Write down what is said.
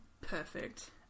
Perfect